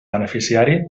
beneficiari